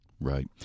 Right